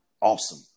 awesome